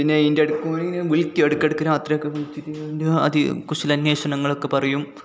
പിന്നെ ഇയിൻ്റട്ക്കൂടെ വിൾക്കും ഇടക്കിടയ്ക്ക് രാത്രിയൊക്കെ വിളിക്കും പിന്നെ അതി കുശലാ അന്വേഷണങ്ങളൊക്കെ പറയും